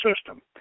system